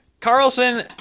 Carlson